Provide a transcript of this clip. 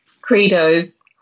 Credos